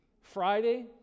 Friday